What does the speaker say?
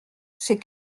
c’est